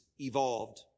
evolved